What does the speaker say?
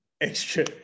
extra